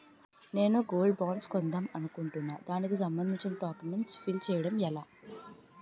నేను gold bonds కొందాం అనుకుంటున్నా దానికి సంబందించిన డాక్యుమెంట్స్ ఫిల్ చేయడం ఎలా?